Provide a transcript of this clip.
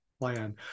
plan